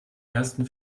ersten